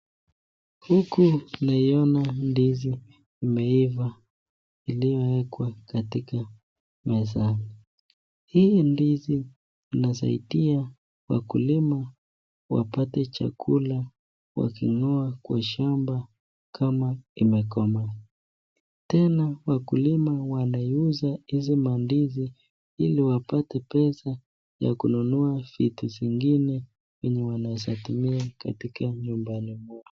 Huku naiona ndizi imeiva iliyowekwa katika mezani. Hii ndizi inasaidia wakulima wapate chakula waking'oa kwa shamba kama imekomaa. Tena wakulima wanaiuza hizi mandizi ili wapate pesa ya kununua vitu zingine yenye wanaweza tumia katika nyumbani mwao.